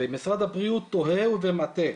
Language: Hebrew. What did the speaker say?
ומשרד הבריאות טועה ומטעה,